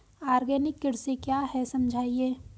Organic कृषि क्या है समझाइए?